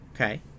Okay